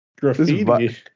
graffiti